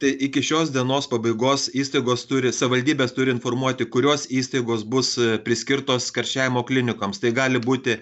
tai iki šios dienos pabaigos įstaigos turi savivaldybės turi informuoti kurios įstaigos bus priskirtos karščiavimo klinikoms tai gali būti